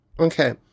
Okay